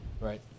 right